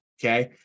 Okay